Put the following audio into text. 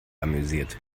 amüsiert